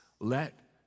let